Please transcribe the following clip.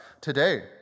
today